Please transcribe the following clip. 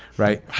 right.